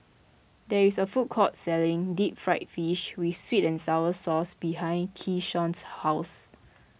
there is a food court selling Deep Fried Fish with Sweet and Sour Sauce behind Keshawn's house